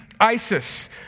ISIS